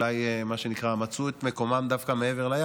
אולי שמצאו את מקומן דווקא מעבר לים,